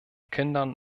kindern